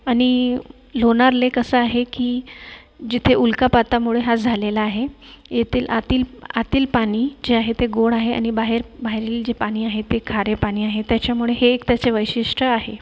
आणि लोणार लेक असा आहे की जिथे उल्कापातामुळे हा झालेला आहे येथील आतील आतील पाणी जे आहे ते गोड आहे आणि बाहेर बाहेरील जे पाणी आहे ते खारे पाणी आहे त्याच्यामुळे हे एक त्याचे वैशिष्ट्य आहे